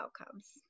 outcomes